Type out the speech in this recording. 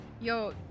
Yo